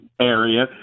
area